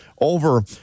over